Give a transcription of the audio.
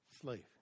slave